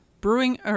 brewing